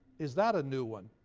is that a new one?